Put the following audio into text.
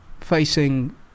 facing